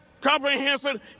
comprehensive